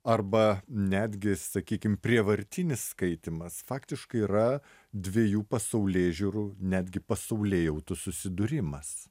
arba netgi sakykim prievartinis skaitymas faktiškai yra dviejų pasaulėžiūrų netgi pasaulėjautų susidūrimas